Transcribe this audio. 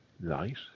light